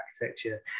architecture